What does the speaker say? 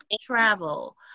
travel